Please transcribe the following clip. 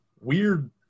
weird